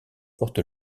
porte